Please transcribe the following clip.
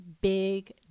big